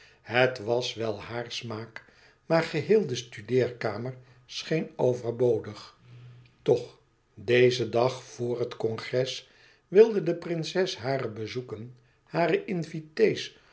het was wel haar smaak maar geheel de studeerkamer scheen overbodig toch dezen dag vor het congres wilde de prinses hare bezoeken hare invité's